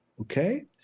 okay